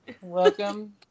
Welcome